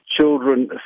Children